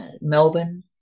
Melbourne